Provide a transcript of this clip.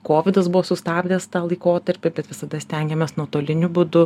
kovidas buvo sustabdęs tą laikotarpį bet visada stengiamės nuotoliniu būdu